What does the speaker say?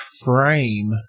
Frame